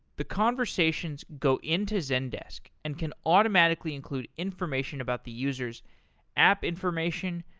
the conversations go into zendesk and can automatically include information about the user s app information,